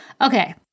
Okay